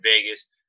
vegas